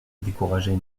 découragée